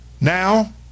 now